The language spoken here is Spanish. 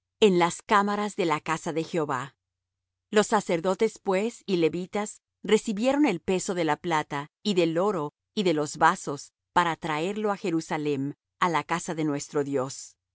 en las cámaras de la casa de jehová los sacerdotes pues y levitas recibieron el peso de la plata y del oro y de los vasos para traerlo á jerusalem á la casa de nuestro dios